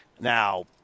Now